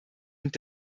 und